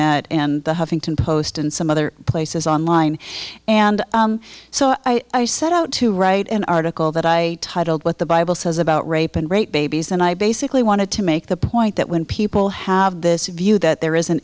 net and the huffington post and some other places online and so i set out to write an article that i titled what the bible says about rape and rate babies and i basically wanted to make the point that when people have this view that there is an